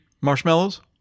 Marshmallows